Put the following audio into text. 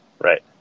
Right